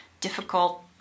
difficult